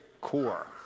core